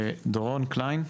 דורון קליין,